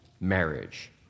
marriage